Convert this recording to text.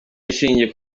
ishingiye